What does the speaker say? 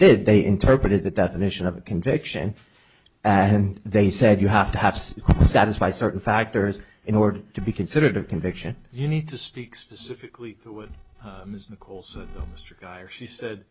did they interpret it the definition of a conviction and they said you have to have to satisfy certain factors in order to be considered a conviction you need to speak specifically with ms nichols mr guy or she said